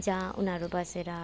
जहाँ उनीहरू बसेर